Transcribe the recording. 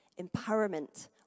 empowerment